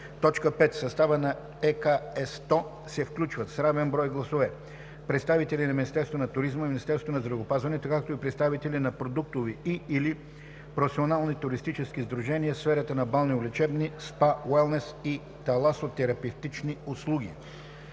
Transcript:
(5) В състава на ЕКСТО се включват с равен брой гласове представители на Министерството на туризма, Министерството на здравеопазването, както и представители на продуктови и/или професионални туристически сдружения в сферата на балнеолечебни, СПА, уелнес и таласотерапевтични услуги.